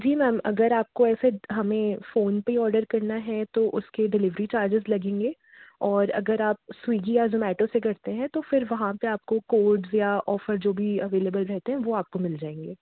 जी ma'am अगर आपको ऐसे हमें फ़ोन पर ही ऑर्डर करना है तो उसके डिलीवरी चार्जेस लगेंगे और अगर आप स्विगी या ज़ोमेटो से करते हैं तो फिर वहाँ पर आपको कोड्स या ऑफ़र जो भी अवेलेबल रहते हैं वह आपको मिल जाएँगे